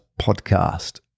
podcast